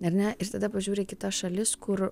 ar ne ir tada pažiūri į kitas šalis kur